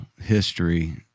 history